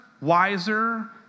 wiser